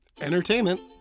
entertainment